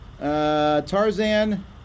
Tarzan